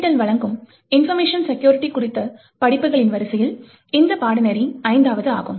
NPTEL வழங்கும் information security குறித்த படிப்புகளின் வரிசையில் இந்த பாடநெறி ஐந்தாவது ஆகும்